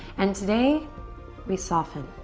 and today we soften.